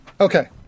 Okay